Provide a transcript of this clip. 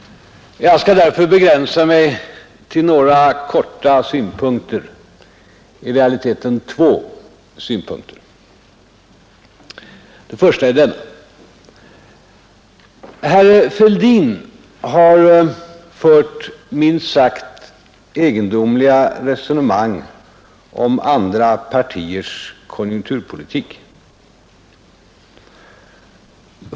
Jag skall därför begränsa mig till två synpunkter. Den första är denna: Herr Fälldin har fört minst sagt egendomliga resonemang om andra partiers konjunkturpolitik.